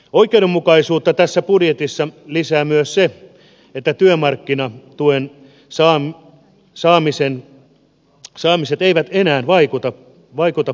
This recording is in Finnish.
oikeudenmukaisuutta tässä budjetissa lisää myös se että työmarkkinatuen saamiseen eivät enää vaikuta puolison tulot